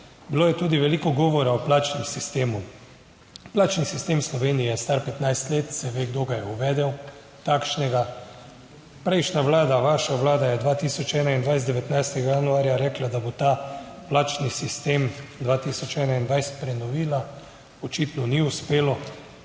Bilo je tudi veliko govora o plačnem sistemu. Plačni sistem v Sloveniji je star 15 let - se ve, kdo ga je uvedel takšnega. Prejšnja vlada, vaša vlada je 2021, 19. januarja rekla, da bo ta plačni sistem 2021 prenovila. Očitno ni uspelo.